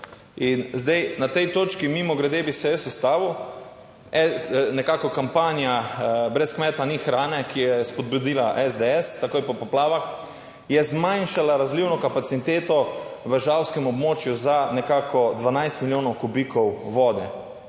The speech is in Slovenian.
na tej točki mimogrede bi se jaz ustavil. Nekako kampanja Brez kmeta ni hrane, ki jo je spodbudila SDS takoj po poplavah, je zmanjšala razlivno kapaciteto v žalskem območju za nekako 12 milijonov kubikov vode,